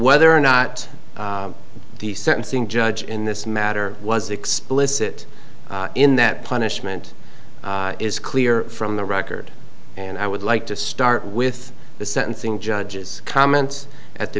whether or not the sentencing judge in this matter was explicit in that punishment is clear from the record and i would like to start with the sentencing judge's comments at the